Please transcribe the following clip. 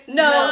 no